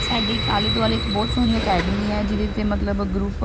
ਸਾਡੀ ਇੱਕ ਆਲੇ ਦੁਆਲੇ ਇੱਕ ਬਹੁਤ ਸੋਹਣੀ ਅਕੈਡਮੀ ਹੈ ਜਿਹਦੇ 'ਤੇ ਮਤਲਬ ਗਰੁੱਪ